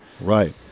Right